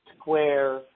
square